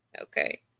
Okay